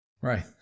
Right